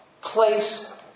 place